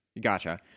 Gotcha